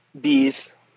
bees